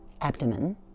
abdomen